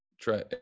try